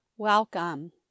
Welcome